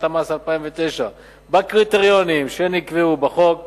המס 2009 בקריטריונים שנקבעו בחוק יוכלו,